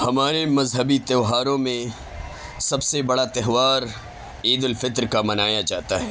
ہمارے مذہبی تیوہاروں میں سب سے بڑا تہوار عید الفطر کا منایا جاتا ہے